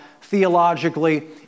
theologically